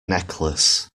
necklace